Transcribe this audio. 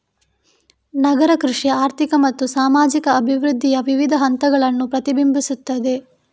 ನಗರ ಕೃಷಿ ಆರ್ಥಿಕ ಮತ್ತು ಸಾಮಾಜಿಕ ಅಭಿವೃದ್ಧಿಯ ವಿವಿಧ ಹಂತಗಳನ್ನು ಪ್ರತಿಬಿಂಬಿಸುತ್ತದೆ